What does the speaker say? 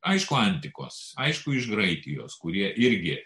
aišku antikos aišku iš graikijos kurie irgi